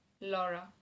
Laura